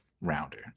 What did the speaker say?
rounder